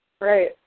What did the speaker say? Right